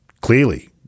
clearly